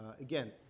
again